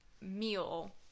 meal